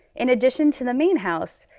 in addition to the main house,